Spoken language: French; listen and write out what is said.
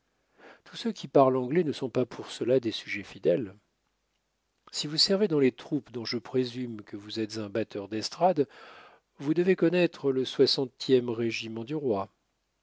tous ceux qui parlent anglais ne sont pas pour cela des sujets fidèles si vous servez dans les troupes dont je présume que vous êtes un batteur d'estrade vous devez connaître le soixantième régiment du roi